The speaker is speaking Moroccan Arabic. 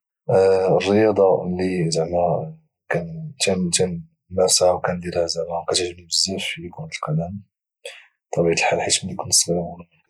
الرياضه اللي كانمارسها وكانديرها وكاتعجبني هي كره القدم بطبيعه الحال حيت ملي كنت صغير